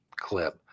clip